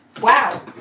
Wow